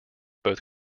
both